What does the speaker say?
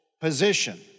position